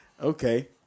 Okay